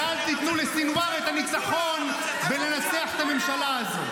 ואל תיתנו לסנוואר את הניצחון בלנצח את הממשלה הזאת.